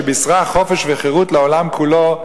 שבישרה חופש וחירות לעולם כולו,